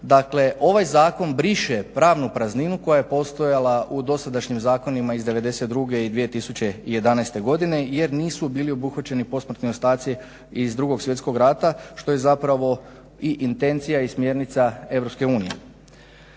dakle ovaj zakon briše pravnu prazninu koja je postojala u dosadašnjim zakonima iz '92. i 2011. godine jer nisu bili obuhvaćeni posmrtni ostaci iz Drugog svjetskog rata što je zapravo i intencija i smjernica